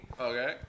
Okay